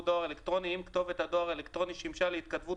דואר אלקטרוני אם כתובת הדואר האלקטרוני שימשה להתכתבות